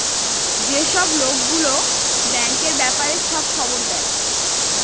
যেসব লোক গুলো ব্যাঙ্কের ব্যাপারে সব খবর দেয়